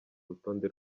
rutonde